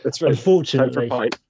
unfortunately